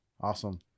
awesome